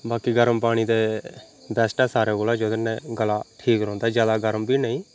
बाकी गर्म पानी ते बेस्ट ऐ सारे कोला जेह्दे कन्नै गला ठीक रौंह्दा ज्यादा गर्म बी नेईं